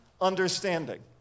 understanding